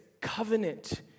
covenant